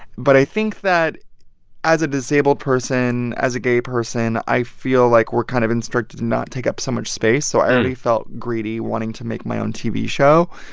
but i think that as a disabled person, as a gay person, i feel like we're kind of instructed to not take up so much space. so i already felt greedy wanting to make my own tv show.